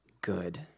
good